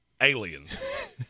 aliens